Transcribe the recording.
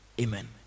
Amen